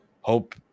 hope